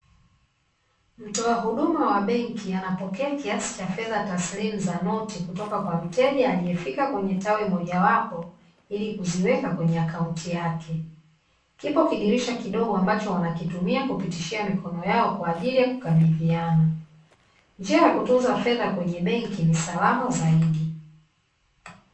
Mtoa huduma wa benki anapokea kiasi cha fedha taslimu za noti kutoka kwa mteja aliyefika kwenye tawi mojawapo ili kuziweka kwenye akaunti yake, kipo kidirisha kidogo ambacho wanakitumia kupitishia mikono yao kwa ajili ya kukabidhiana. Njia ya kutunza fedha kwenye benki ni salama zaidi.